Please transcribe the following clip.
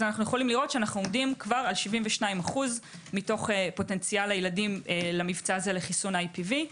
אנו רואים שאנו עומדים על 72% מתוך פוטנציאל הילדים למבצע לחיסון IPV,